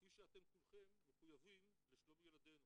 כפי שאתם כולכם מחויבים לשלום ילדינו.